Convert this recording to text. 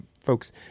folks